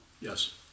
yes